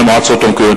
למועצות המקומיות.